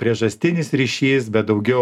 priežastinis ryšys bet daugiau